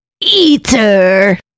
Eater